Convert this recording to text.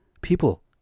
People